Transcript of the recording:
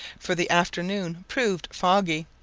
for the afternoon proved foggy,